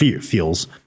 Feels